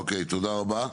אוקיי, תודה רבה.